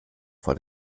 vor